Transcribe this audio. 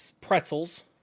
pretzels